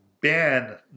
Ben